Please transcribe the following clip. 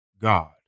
God